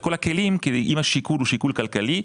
את כל הכלים אם השיקול הוא שיקול כלכלי,